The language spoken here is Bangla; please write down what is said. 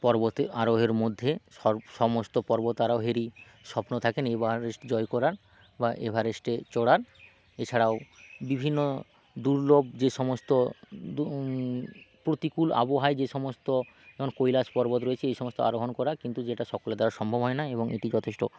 পর্বতে আরোহের মধ্যে সর সমস্ত পর্বত আরোহেরই স্বপ্ন থাকে এভারেস্ট জয় করার বা এভারেস্টে চড়ার এছাড়াও বিভিন্ন দুর্লভ যে সমস্ত দূ প্রতিকূল আবহাওয়ায় যে সমস্ত যেমন কৈলাস পর্বত রয়েছে এই সমস্ত আরোহণ করা কিন্তু যেটা সকলের দ্বারা সম্ভব হয় না এবং এটি যথেষ্ট